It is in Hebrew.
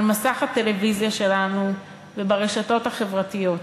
מסך הטלוויזיה שלנו וברשתות החברתיות.